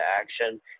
action